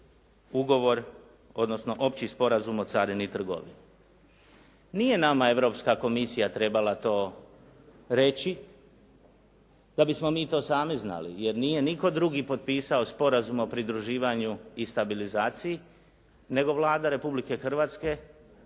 ugovor odnosno Opći sporazum o carini i trgovini. Nije nama Europska komisija trebala to reći da bismo mi to sami znali, jer nije nitko drugi potpisao Sporazum o pridruživanju i stabilizaciji, nego Vlada Republike Hrvatske,